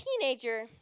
teenager